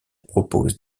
propose